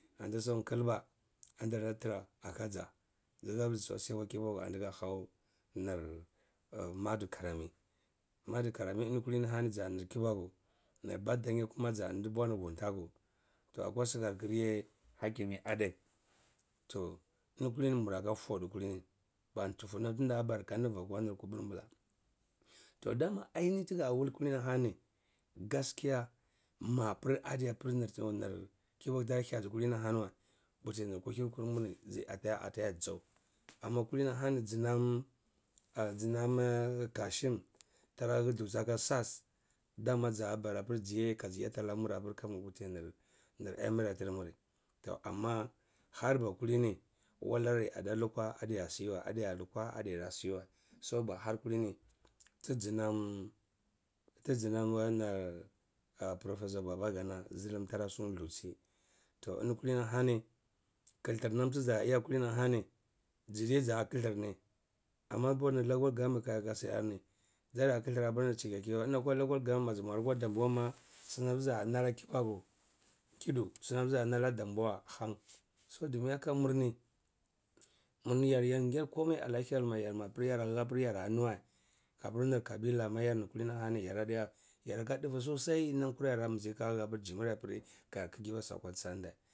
Anti san kilba anti dar tira akaja zihupi zisodiya si akwa kibaku wa anti aka han nir madu karami madu karami eni kulini-hani jani nir tubaku nir ba daneil kuma janbwa nir whuntahu toh akwa shikharkir yeh hakimi adai toh eni kulim mera ka fodu kulini ba tufu nam tida bara kadivi akwa kupur bula toh dama alnihi tiga wul kalini hani gaskiya mapir adi apir nim tum nir kibaku tara hyatii kalini ahani wa, puti kuhir mur ahya ata ya jau amma kdini hani jinam ah jimam kashim tara lusi aka sas dama zabara apir ziyeh kaji yatatamur apur kamur puti nir nir emirate mur toh amma harba kulini wasari ada luka adiasi wa adialuka adiya siwa so ba har kulini tiginam tiginam professor babagana zulhum tara suwa hitsi toh eni kalini hani klthir nam tija yan kuli ahani jidai za ketir ni amma pir nir local government kaka shiyar ni zidigya ketir nam chekekeh wa eni akwa local government maji mur akwa damboa ma sinam tija na ana kubaku kidu. Sinam the na ana damboa han so dumin kanyar mur ni murni yar gyarn koma ana hyel mai apir yara nuweh apir nir kabila mapir yarni kulini hani yaradiya yar ka dufu sosai nam kura yaradi kamizi ka jimerch ka yar kigiba si akwa tsan deh.